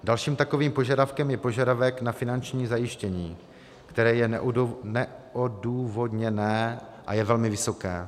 Dalším takovým požadavkem je požadavek na finanční zajištění, které je neodůvodněné a je velmi vysoké.